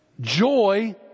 Joy